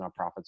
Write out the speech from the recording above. nonprofits